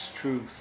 truth